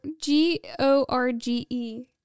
G-O-R-G-E